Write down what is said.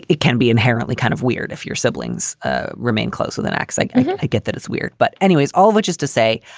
it can be inherently kind of weird if your siblings ah remain close with an axe. like i get that. it's weird. but anyways, all of which is to say,